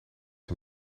een